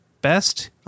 Best